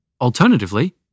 Alternatively